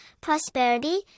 prosperity